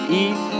eat